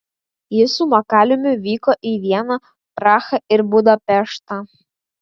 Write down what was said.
ji su makaliumi vyko į vieną prahą ir budapeštą